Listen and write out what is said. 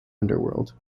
underworld